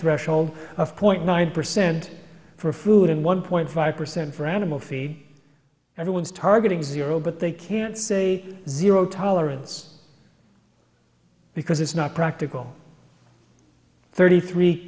threshold of point nine percent for food and one point five percent for animal feed everyone's targeting zero but they can't say zero tolerance because it's not practical thirty three